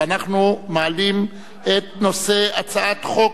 ואנחנו מעלים את הצעת חוק,